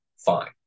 Fine